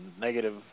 negative